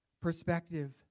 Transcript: perspective